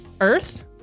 earth